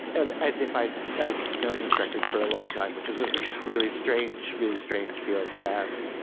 ah as if i'd i'd known this record for a long time, which is a really strange, really strange feeling to have